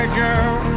girl